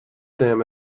them